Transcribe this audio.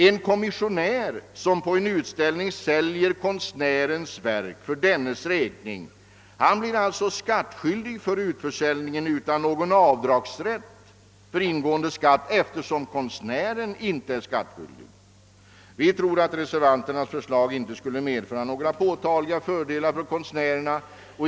Kommissionär, som på en utställning säljer konstnärens verk för dennes räkning, blir alltså skattskyldig för utförsäljningen utan avdragsrätt för ingående skatt, eftersom konstnären inte är skattskyldig. Vi tror inte att reservanternas förslag skulle medföra några påtagliga fördelar för konstnärerna.